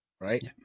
Right